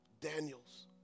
Daniels